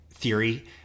theory